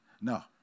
No